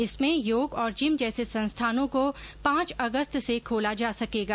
इसमें योग और जिम जैसे संस्थानों को पांच अगस्त से खोला जा सकेगा